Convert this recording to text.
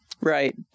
Right